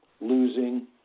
losing